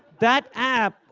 that app,